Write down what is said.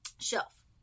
Shelf